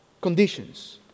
conditions